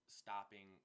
stopping